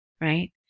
right